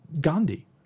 Gandhi